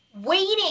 waiting